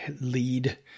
lead